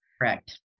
Correct